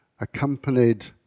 accompanied